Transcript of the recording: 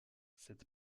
cette